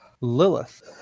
Lilith